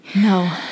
No